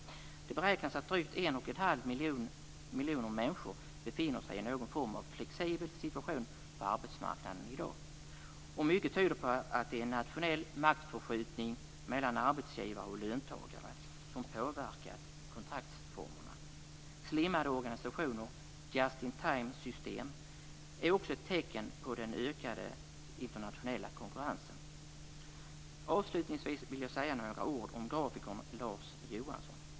Det beräknas att drygt en och en halv miljon människor befinner sig i någon form av flexibel situation på arbetsmarknaden i dag. Och mycket tyder på att det är en nationell maktförskjutning mellan arbetsgivare och löntagare som påverkat kontraktsformerna. Slimmade organisationer, just-intime-system, är också ett tecken på den ökande internationella konkurrensen. Avslutningsvis vill jag säga några ord om grafikern Lars Johansson.